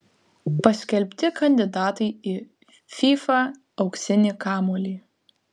paskelbti kandidatai į fifa auksinį kamuolį